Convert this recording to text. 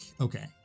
Okay